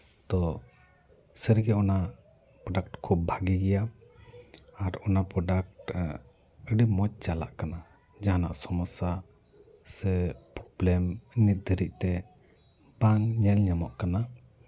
ᱛᱚ ᱥᱟᱹᱨᱤᱜᱮ ᱚᱱᱟ ᱯᱨᱚᱰᱟᱠᱴ ᱠᱷᱩᱵᱽ ᱵᱷᱟᱹᱜᱤ ᱜᱮᱭᱟ ᱟᱨ ᱚᱱᱟ ᱯᱨᱚᱰᱟᱠᱴ ᱟᱹᱰᱤ ᱢᱚᱡᱽ ᱪᱟᱞᱟᱜ ᱠᱟᱱᱟ ᱡᱟᱦᱟᱱᱟᱜ ᱥᱚᱢᱚᱥᱥᱟ ᱥᱮ ᱯᱞᱮᱱ ᱱᱤᱛ ᱫᱷᱟᱹᱨᱤᱡ ᱛᱮ ᱵᱟᱝ ᱧᱮᱞ ᱧᱟᱢᱚᱜ ᱠᱟᱱᱟ